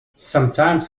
sometimes